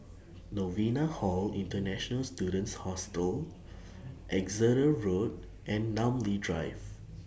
Novena Hall International Students Hostel Exeter Road and Namly Drive